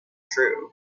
true